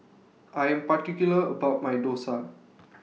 I Am particular about My Dosa